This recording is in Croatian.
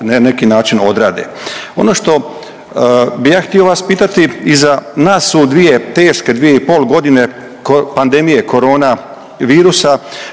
neki način odrade. Ono što bi ja htio vas pitati, iza nas su dvije teške 2,5 godine pandemije koronavirusa